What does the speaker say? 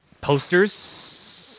Posters